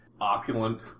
opulent